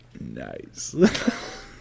Nice